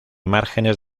márgenes